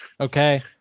okay